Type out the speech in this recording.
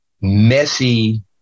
messy